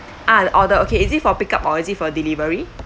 ah order okay is it for pick up or is it for delivery